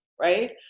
right